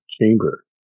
chamber